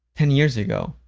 ten years ago.